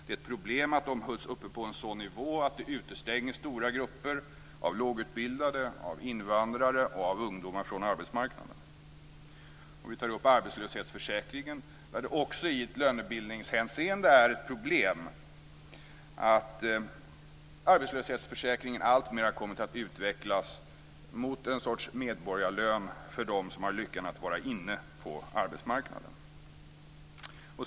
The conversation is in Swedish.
Det är ett problem att de hålls uppe på en sådan nivå att det utestänger stora grupper av lågutbildade, invandrare och ungdomar från arbetsmarknaden. Vi tar upp arbetslöshetsförsäkringen där det också i ett lönebildningshänseende är ett problem att arbetslöshetsförsäkringen alltmer har kommit att utvecklas mot en sorts medborgarlön för dem som har lyckan att vara inne på arbetsmarknaden.